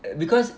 because